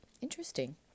Interesting